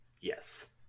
Yes